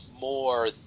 more